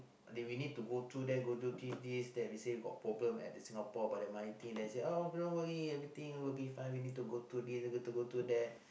they may need to go through there go through this this then we say got problem at the Singapore about the money thing then say uh oh don't worry everything will be fine we need to go through this we need to go through that